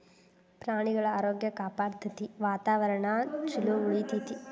ಪ್ರಾಣಿಗಳ ಆರೋಗ್ಯ ಕಾಪಾಡತತಿ, ವಾತಾವರಣಾ ಚುಲೊ ಉಳಿತೆತಿ